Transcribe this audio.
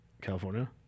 California